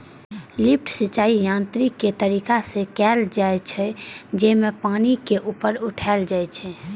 lift सिंचाइ यांत्रिक तरीका से कैल जाइ छै, जेमे पानि के ऊपर उठाएल जाइ छै